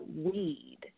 weed